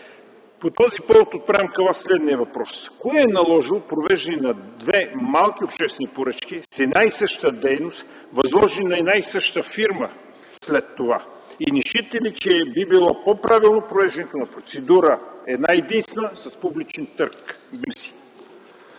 По този повод отправям към Вас следния въпрос: кое е наложило провеждане на две малки обществени поръчки с една и съща дейност, възложени на една и съща фирма след това? Не считате ли, че би било по-правилно провеждането на една-единствена процедура с публичен търг? Мерси.